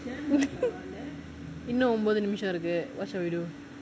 இன்னும் ஒம்போது நிமிஷம் இருக்கு:innum ombothu nimisham iruku what shall we do